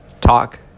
talk